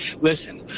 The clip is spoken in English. Listen